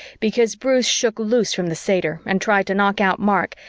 because bruce shook loose from the satyr and tried to knock out mark,